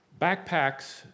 backpacks